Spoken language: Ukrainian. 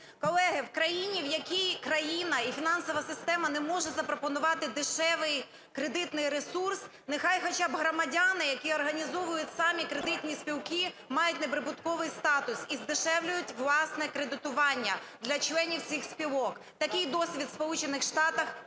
Колеги, в країні, в якій країна і фінансова система не може запропонувати дешевий кредитний ресурс, нехай хоча б громадяни, які організовують самі кредитні спілки, мають неприбутковий статус і здешевлюють, власне, кредитування для членів цих спілок. Такий досвід в Сполучених